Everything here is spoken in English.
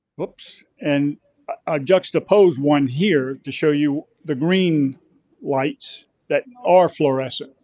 oops. and a juxtapose one here to show you the green lights that are fluorescent,